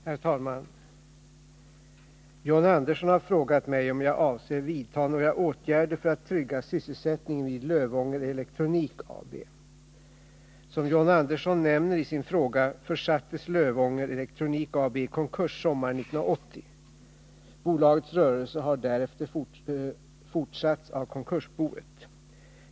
Herr talman! John Andersson har frågat mig om jag avser vidta några åtgärder för att trygga sysselsättningen vid Lövånger Elektronik AB. Som John Andersson nämner i sin fråga försattes Lövånger Elektronik AB i konkurs sommaren 1980. Bolagets rörelse har därefter fortsatts av konkursboet.